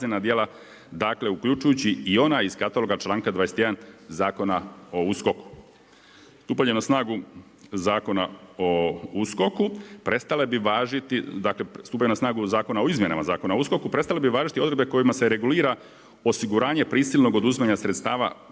dakle stupanja na snagu Zakona o izmjenama Zakona o USKOK-u prestale bi važiti odredbe kojima se regulira osiguranje prisilnog oduzimanja sredstava prihoda